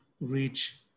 reach